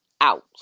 out